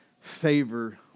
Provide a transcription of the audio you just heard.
favor